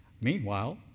Meanwhile